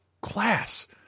class